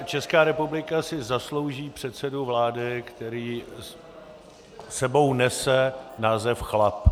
Česká republika si zaslouží předsedu vlády, který s sebou nese název chlap.